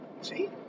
see